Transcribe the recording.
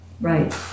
Right